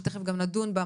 שתיכף נדון גם בה,